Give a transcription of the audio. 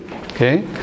okay